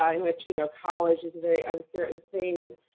ah in which you know college is a very uncertain thing.